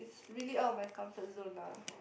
it's really out of my comfort zone ah